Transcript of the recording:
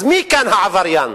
אז מי כאן העבריין?